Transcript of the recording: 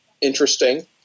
interesting